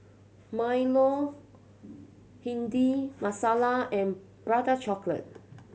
milo Bhindi Masala and Prata Chocolate